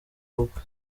ubukwe